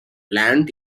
land